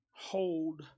hold